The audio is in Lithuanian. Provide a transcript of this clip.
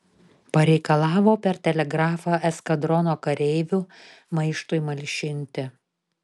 pareikalavo per telegrafą eskadrono kareivių maištui malšinti